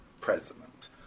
president